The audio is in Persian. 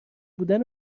بودن